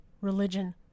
religion